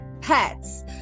pets